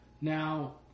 Now